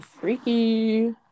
freaky